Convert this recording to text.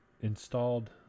installed